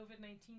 COVID-19